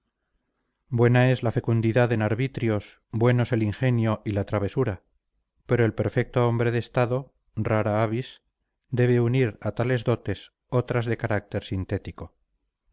buena es la fecundidad en arbitrios buenos el ingenio y la travesura pero el perfecto hombre de estado rara avis debe unir a tales dotes otras de carácter sintético